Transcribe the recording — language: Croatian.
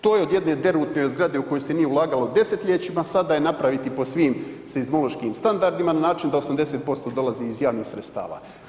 To je od jedne derutne zgrade u koju se nije ulagalo desetljećima, sad da je napraviti po svim seizmološkim standardima na način da je 80% dolazi iz javnih sredstava.